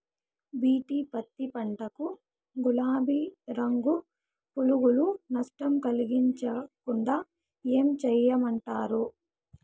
BT పత్తి పంట కు, గులాబీ రంగు పులుగులు నష్టం కలిగించకుండా ఏం చేయమంటారు?